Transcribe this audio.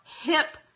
hip